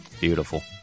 beautiful